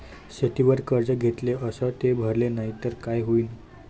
शेतीवर कर्ज घेतले अस ते भरले नाही तर काय होईन?